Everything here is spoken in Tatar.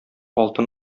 алтын